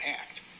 act